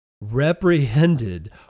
reprehended